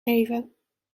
geven